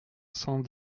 cent